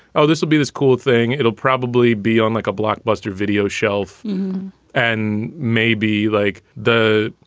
oh, this would be this cool thing. it'll probably be on like a blockbuster video shelf and maybe like the